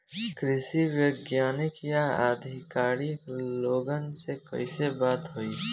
कृषि वैज्ञानिक या अधिकारी लोगन से कैसे बात होई?